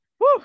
Woo